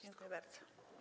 Dziękuję bardzo.